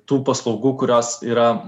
tų paslaugų kurios yra